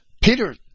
Peter